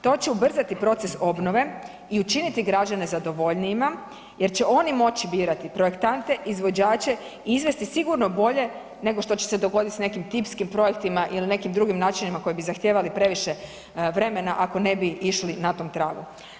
To će ubrzati proces obnove i učiniti građane zadovoljnijima jer će oni moći birati projektante, izvođače i izvesti sigurno bolje nego što će se dogoditi s nekim tipskim projektima ili nekim drugim načinima koji bi zahtijevali previše vremena, ako ne bi išli na tom tragu.